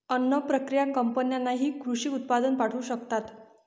अन्न प्रक्रिया कंपन्यांनाही कृषी उत्पादन पाठवू शकतात